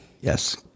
Yes